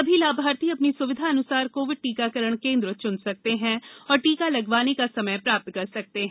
समी लाभार्थी अपनी सुविधा अनुसार कोविड टीकाकरण केन्द्र चुन सकते हैं और टीका लगवाने का समय प्राप्त कर सकते हैं